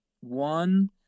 one